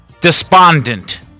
Despondent